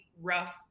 rough